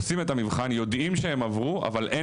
עושים את המבחן יודעים שהם עברו אבל אין